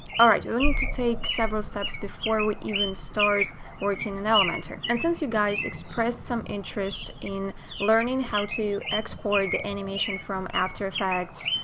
alright, we need to take several steps before we even start working in elementor. and since you guys expressed some interest in learning how to export the animation from after effects.